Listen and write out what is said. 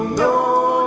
no,